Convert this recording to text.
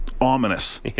ominous